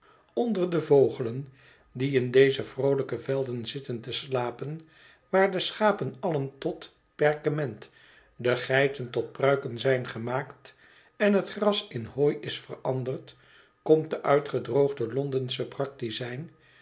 onder de vogelen die in deze vroolijke velden zitten te slapen waar de schapen allen tot perkement de geiten tot pruiken zijn gemaakt en het gras in hooi is veranderd komt de uitgedroogde londensche praktizijn